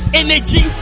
energy